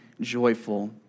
joyful